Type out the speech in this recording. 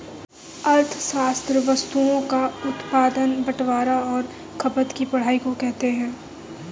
अर्थशास्त्र वस्तुओं का उत्पादन बटवारां और खपत की पढ़ाई को कहते हैं